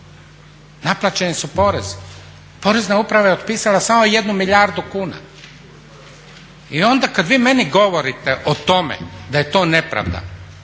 Naplaćeni su porezi, Porezna uprava je otpisala samo 1 milijardu kuna i onda kad vi meni govorite o tome da je to nepravda